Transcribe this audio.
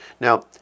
Now